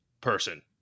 person